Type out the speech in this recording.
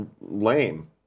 lame